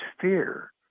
fear